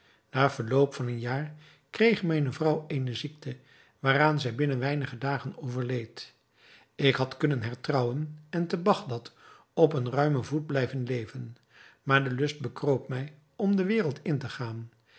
na verloop van een jaar kreeg mijne vrouw eene ziekte waaraan zij binnen weinige dagen overleed ik had kunnen hertrouwen en te bagdad op een ruimen voet blijven leven maar de lust bekroop mij om de wereld in te gaan